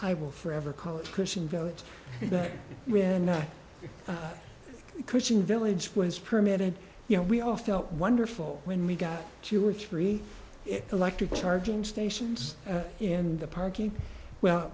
i will forever call it a christian village back when not a christian village was permitted you know we all felt wonderful when we got two or three electric charging stations in the parking well